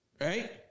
right